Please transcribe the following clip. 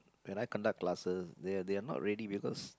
when I conduct classes they are they are not ready because